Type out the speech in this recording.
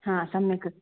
हा सम्यक्